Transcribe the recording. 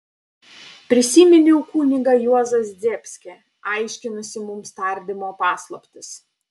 prisiminiau kunigą juozą zdebskį aiškinusį mums tardymo paslaptis